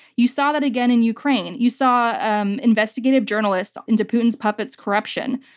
you saw that again in ukraine. you saw um investigative journalists into putin's puppet's corruption.